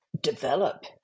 develop